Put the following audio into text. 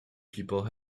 people